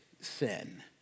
sin